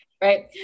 right